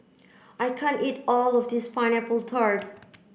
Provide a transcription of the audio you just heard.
I can't eat all of this pineapple tart